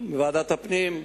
לוועדת הפנים?